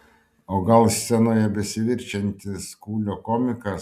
o gal scenoje besiverčiantis kūlio komikas